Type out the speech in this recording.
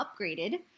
upgraded